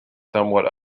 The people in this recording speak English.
somewhat